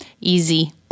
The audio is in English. easy